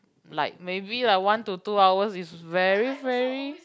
like maybe like one to two hours is very very